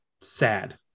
sad